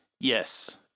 Yes